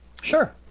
Sure